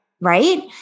Right